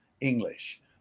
English